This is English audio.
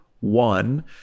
One